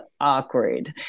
awkward